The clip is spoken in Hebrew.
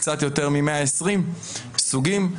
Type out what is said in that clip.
קצת יותר מ-120 סוגים.